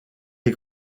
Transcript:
est